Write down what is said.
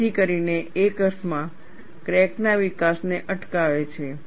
જેથી કરીને એક અર્થમાં ક્રેક ના વિકાસને અટકાવે છે